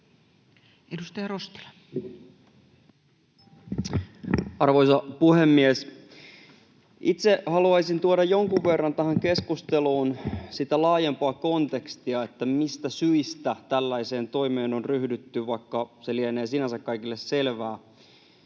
17:32 Content: Arvoisa puhemies! Itse haluaisin tuoda tähän keskusteluun jonkun verran sitä laajempaa kontekstia, mistä syistä tällaiseen toimeen on ryhdytty, vaikka se lienee sinänsä kaikille selvää.